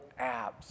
apps